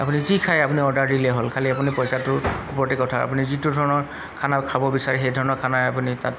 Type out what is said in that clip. আপুনি যি খায় আপুনি অৰ্ডাৰ দিলেই হ'ল খালী আপুনি পইচাটোৰ ওপৰতে কথা আপুনি যিটো ধৰণৰ খানা খাব বিচাৰে সেই ধৰণৰ খানাই আপুনি তাত